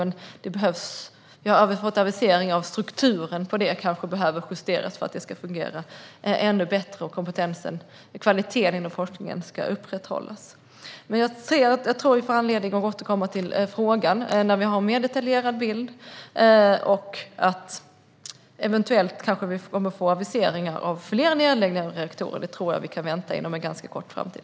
Nu har det aviserats att strukturen kanske behöver justeras för att det ska fungera ännu bättre och kvaliteten inom forskningen upprätthålls. Jag tror att vi får anledning att återkomma till frågan när vi har en mer detaljerad bild. Eventuellt kommer fler nedläggningar av reaktorer att aviseras. Det tror jag att vi kan förvänta oss inom en ganska snar framtid.